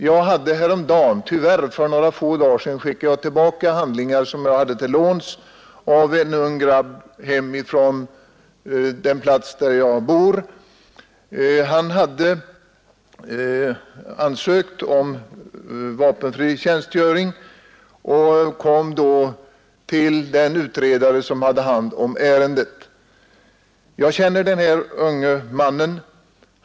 Jag har för några dagar sedan skickat tillbaka en del handlingar som jag haft till låns från en ung man på den plats där jag bor. Han hade ansökt om vapenfri tjänstgöring och kom till den utredare som hade hand om ärendet. Jag känner den unge mannen.